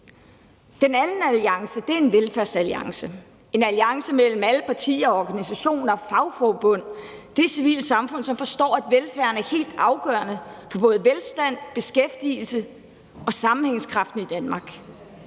Den anden alliance er en velfærdsalliance: en alliance mellem alle partier, organisationer, fagforbund og det civile samfund, som forstår, at velfærden er helt afgørende for både velstand, beskæftigelse og sammenhængskraften i Danmark,